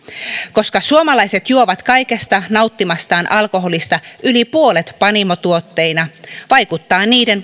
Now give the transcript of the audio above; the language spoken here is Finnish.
koska suomalaiset juovat kaikesta nauttimastaan alkoholista yli puolet panimotuotteina vaikuttaa niiden